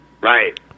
Right